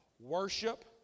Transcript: Worship